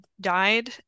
died